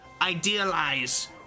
idealize